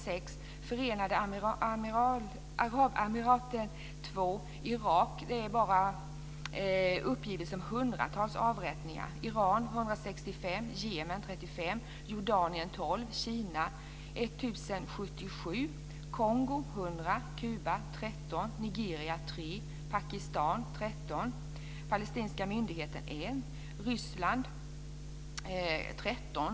Så här ser statistiken för år 1999 ut: Afghanistan Kuba 13, Nigeria 3, Pakistan 13, Palestinska myndigheten 1, Ryssland 13.